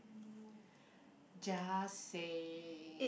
just say